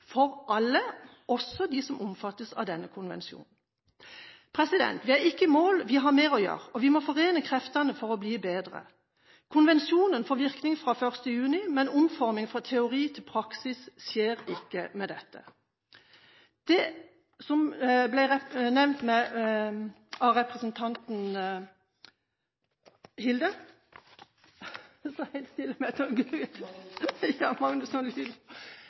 for alle, også de som omfattes av denne konvensjonen. Vi er ikke i mål, vi har mer å gjøre. Vi må forene kreftene for å bli bedre. Konvensjonen får virkning fra 1. juni, men omforming fra teori til praksis skjer ikke ved dette. Når det gjelder det som ble nevnt av representanten Hilde Magnusson om Fremskrittspartiets stilling med tanke på universell utforming, vil jeg bare si at det i hvert fall ikke